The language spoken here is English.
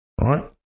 right